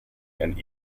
and